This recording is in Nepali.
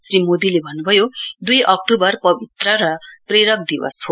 श्री मोदीले भन्नुभयो दुइ अक्तूवर पवित्र र प्रेरक दिवस हो